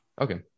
Okay